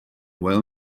well